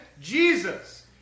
Jesus